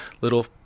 little